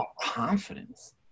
confidence